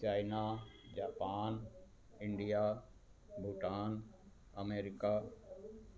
China Japan India Bhutan America